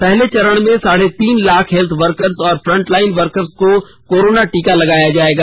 पहले चरण में साढ़े तीन लाख हेल्थ वर्कर्स और फ्रंटलाइन वर्कर्स को कोरोना टीका लगाया जाएगा